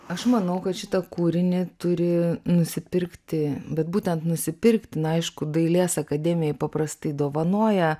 aš manau kad šitą kūrinį turi nusipirkti bet būtent nusipirkti na aišku dailės akademijai paprastai dovanoja